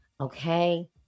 Okay